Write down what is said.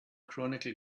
chronicle